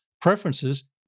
preferences